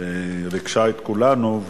שריגשה את כולנו.